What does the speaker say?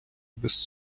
без